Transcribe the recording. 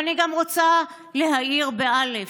אבל אני גם רוצה להאיר, באל"ף: